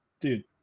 dude